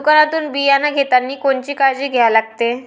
दुकानातून बियानं घेतानी कोनची काळजी घ्या लागते?